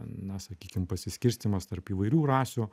na sakykim pasiskirstymas tarp įvairių rasių